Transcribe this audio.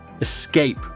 escape